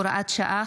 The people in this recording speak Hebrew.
הוראת שעה,